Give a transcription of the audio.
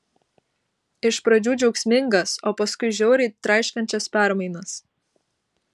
iš pradžių džiaugsmingas o paskui žiauriai traiškančias permainas